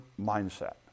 mindset